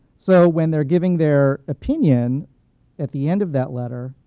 so when they're giving their opinion at the end of that letter,